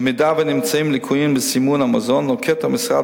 במידה שנמצאים ליקויים בסימון המזון נוקט המשרד